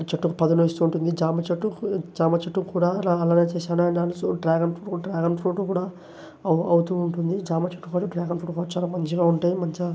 చెట్టు పదునిస్తూ ఉంటుంది జామచెట్టుకు జామచెట్టు కూడా అలా అలాగే చేశాను and also dragon fruit dragon fruit కూడా అవు అవుతూ ఉంటుంది జామచెట్టు డ్రాగన్ ఫ్రూట్ పళ్ళు చాలా మంచిగా ఉంటాయి మంచిగా